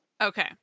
Okay